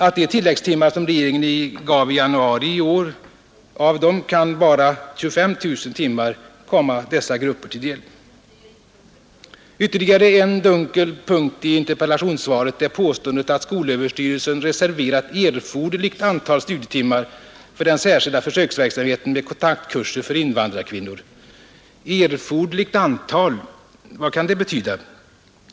Av de tilläggstimmar som regeringen medgav i januari i år kan bara 25 000 timmar komma dessa grupper till del. Ytterligare en dunkel punkt i interpellationssvaret är påståendet att skolöverstyrelsen reserverat ett erforderligt antal studietimmar för den särskilda försöksverksamheten med kontaktkurser för invandrarkvinnor. Vad betyder orden ”erforderligt antal” i detta sammanhang?